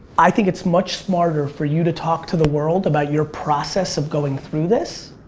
i think it's much smarter for you to talk to the world about your process of going through this,